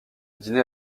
dîner